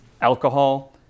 alcohol